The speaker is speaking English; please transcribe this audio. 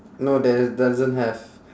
no there doesn't have